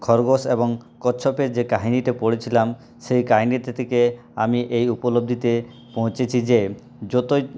খরগোশ এবং কচ্ছপের যে কাহিনিটা পড়েছিলাম সেই কাহিনিটি থেকে আমি এই উপলব্ধিতে পৌঁছেছি যে যতই